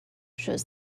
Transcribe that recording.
shows